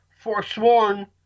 forsworn